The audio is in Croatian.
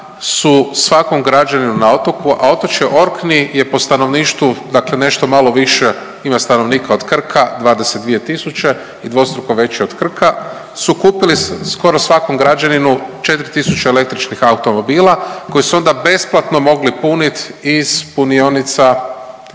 su svakom građaninu na otoku, a otočje Orkney je po stanovništvu, dakle nešto malo više ima stanovnika od Krka 22000 i dvostruko veći je od Krka su kupili skoro svakom građaninu 4000 električnih automobila koje su onda besplatno mogli puniti iz punionica